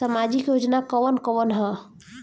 सामाजिक योजना कवन कवन ह?